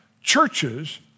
Churches